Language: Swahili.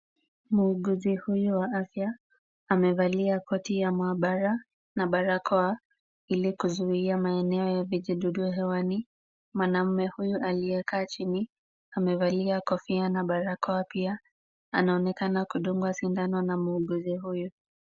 Muuguzi huyu wa afya, amevalia koti ya maabara na barakoa ili kuzuia maeneo ya vijidudu hewani. Mwanaume huyu aliyekaa chini amevalia kofia na barakoa pia anaonekana kudungwa sindano na muuguzi huyu.